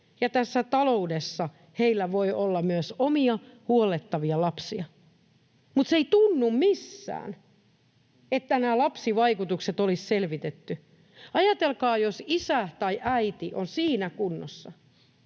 Tässä taloudessa heillä voi olla myös omia huollettavia lapsia, mutta se ei tunnu missään, että nämä lapsivaikutukset olisi selvitetty. Ajatelkaa, jos isä tai äiti on siinä kunnossa,